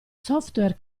software